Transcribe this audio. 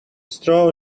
straw